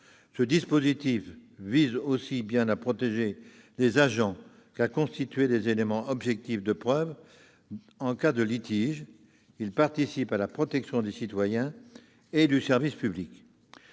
Ce dispositif vise aussi bien à protéger les agents qu'à constituer des éléments objectifs de preuve en cas de litige. Il participe à la protection des citoyens et du service public.